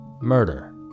murder